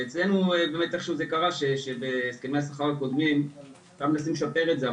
ואצלנו באמת איך שהוא זה קרה שבהסכמי השכר הקודמים מנסים לשפר את זה,